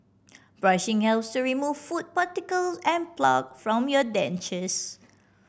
brushing hell to remove food particles and plaque from your dentures